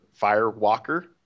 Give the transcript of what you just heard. Firewalker